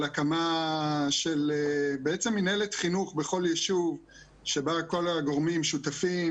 הקמה של בעצם מנהלת חינוך בכל יישוב שבה כל הגורמים שותפים,